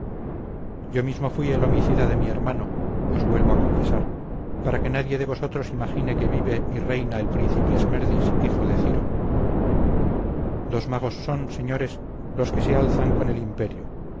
yo mismo fui el homicida de mi hermano os vuelvo a confesar para que nadie de vosotros imagine que vive y reina el príncipe esmerdis hijo de ciro dos magos son señores los que se alzan con el imperio